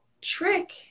trick